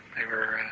they were